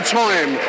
time